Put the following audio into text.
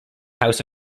house